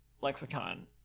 lexicon